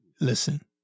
listen